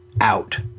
out